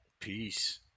peace